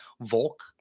Volk